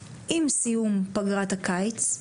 עם סיום פגרת הקיץ,